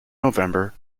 november